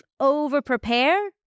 overprepare